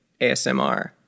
asmr